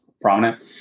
prominent